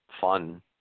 fun